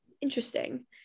interesting